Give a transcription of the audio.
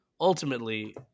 ultimately